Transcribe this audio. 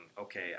okay